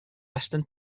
western